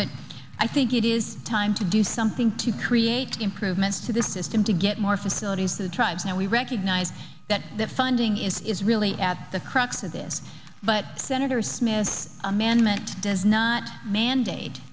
but i think it is time to do something to create improvements to the system to get more facilities to the tribes and we recognize that the funding is really at the crux of this but senator smith amendment does not mandate